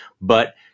But-